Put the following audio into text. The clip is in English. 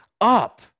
up